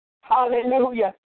Hallelujah